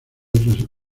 otros